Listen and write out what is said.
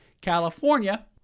California